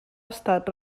estat